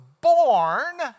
born